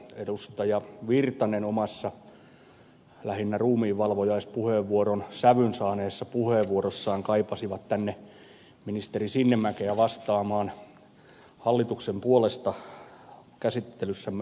erkki virtanen omassa lähinnä ruumiinvalvojaispuheenvuoron sävyn saaneessa puheenvuorossaan kaipasivat tänne ministeri sinnemäkeä vastaamaan hallituksen puolesta käsittelyssämme olevaan lainsäädäntöön